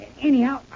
Anyhow